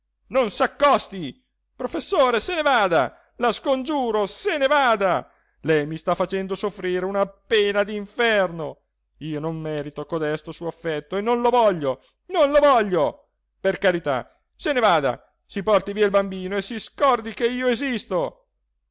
on s accosti rofessore se ne vada la scongiuro se ne vada lei mi sta facendo soffrire una pena d'inferno io non merito codesto suo affetto e non lo voglio non lo voglio per carità se ne vada si porti via il bambino e si scordi che io esisto